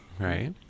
Right